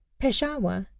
peshawar,